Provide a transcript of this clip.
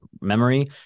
memory